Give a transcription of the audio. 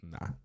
nah